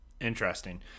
Interesting